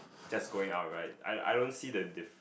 just going out right I I don't see the dif~